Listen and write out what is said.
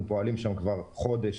אנחנו פועלים שם כבר חודש